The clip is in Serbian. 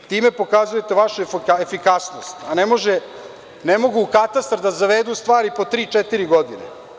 Time pokazujete vašu efikasnost, a ne mogu u katastar da zavedu stvari po tri-četiri godine.